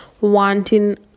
wanting